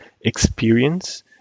experience